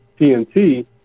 TNT